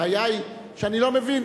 הבעיה היא שאני לא מבין,